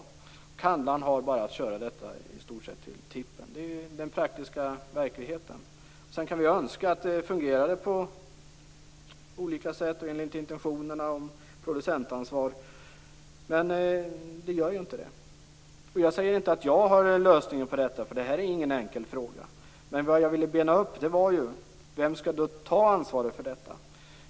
I stort sett har handlaren sedan bara att köra burkarna till tippen. Det är den praktiska verkligheten. Sedan kan vi önska att det fungerade enligt intentionerna om producentansvar, men det gör ju inte det. Jag säger inte att jag har lösningen, för det här är ingen enkel fråga. Men det jag ville bena upp var vem som skall ta ansvaret för detta.